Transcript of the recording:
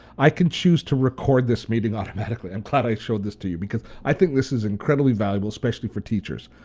i can choose to record this meeting automatically. i'm glad i showed this to you because i think this is incredibly valuable, especially for teachers.